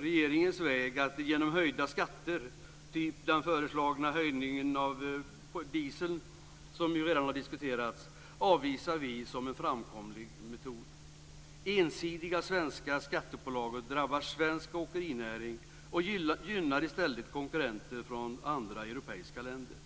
Regeringens höjningar av skatter, typ den föreslagna höjningen av skatt på diesel som ju redan har diskuterats, avvisar vi som en framkomlig metod. Ensidiga svenska skattepålagor drabbar svensk åkerinäring och gynnar i stället konkurrenter från andra europeiska länder.